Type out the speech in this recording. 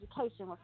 education